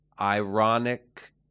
Ironic